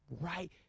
right